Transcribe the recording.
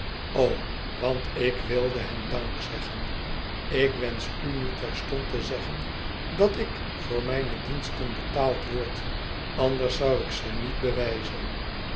want ik wilde hem dankzeggen u ik wensch u nu terstond te zeggen dat ik voor mijne diensten betaaj d word anders zou ik ze niet bewijzen